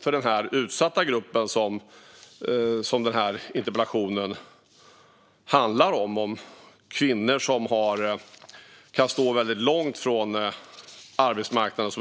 För den utsatta grupp som interpellationen handlar om, utrikes födda kvinnor som kan stå väldigt långt från arbetsmarknaden, är